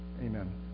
Amen